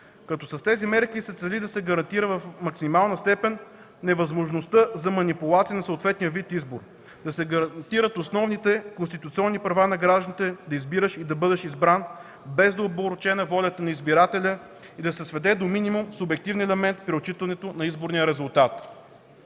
С тези мерки се цели да се гарантира в максимална степен невъзможността за манипулация на съответния вид избор, да се гарантират основните конституционни права на гражданите – да избираш и да бъдеш избран, без да е опорочена волята на избирателя, и да се сведе до минимум субективният елемент при отчитането на изборния резултат.